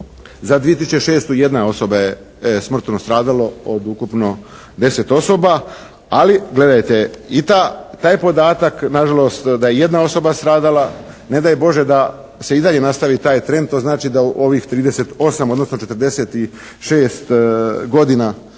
Za 2006. jedna osoba je smrtno stradalo od ukupno 10 osoba. Ali gledajte i taj podatak na žalost da je i jedna osoba stradala, ne daj Bože da se i dalje nastavi taj trend, to znači da u ovih 38, odnosno 46 godina